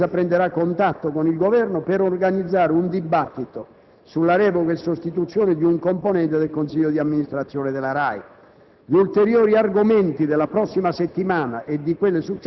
Sulla base delle richieste avanzate oggi dai Gruppi, la Presidenza prenderà contatto con il Governo per organizzare un dibattito sulla revoca e sostituzione di un componente del Consiglio di amministrazione della RAI.